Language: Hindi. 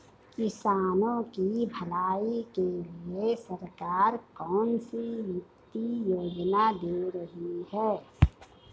किसानों की भलाई के लिए सरकार कौनसी वित्तीय योजना दे रही है?